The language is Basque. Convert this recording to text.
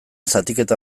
zatiketa